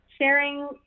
sharing